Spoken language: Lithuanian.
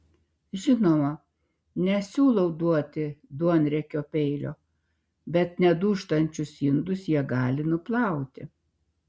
žinoma nesiūlau duoti duonriekio peilio bet nedūžtančius indus jie gali nuplauti